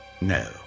No